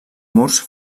murs